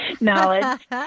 knowledge